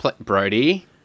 Brody